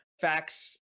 facts